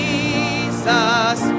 Jesus